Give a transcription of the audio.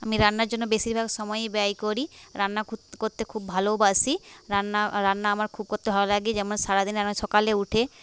আমি রান্নার জন্য বেশীরভাগ সময়ই ব্যয় করি রান্না কোত করতে খুব ভালোবাসি রান্না রান্না আমার খুব করতে ভালো লাগে যেমন সারাদিনে আমি সকালে উঠে